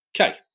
Okay